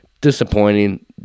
Disappointing